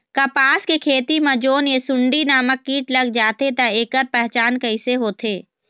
कपास के खेती मा जोन ये सुंडी नामक कीट लग जाथे ता ऐकर पहचान कैसे होथे?